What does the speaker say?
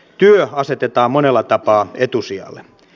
työ asetetaan monella tapaa etusijalle